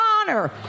honor